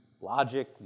logic